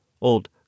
old